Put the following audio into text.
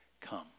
come